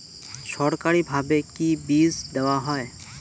সরকারিভাবে কি বীজ দেওয়া হয়?